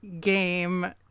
game